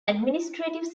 administrative